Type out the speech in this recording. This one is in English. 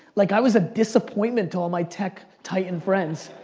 like i was a disappointment to all my tech-titan friends.